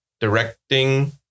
directing